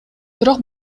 бирок